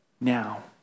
now